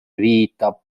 viitab